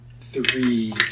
Three